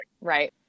right